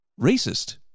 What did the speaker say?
racist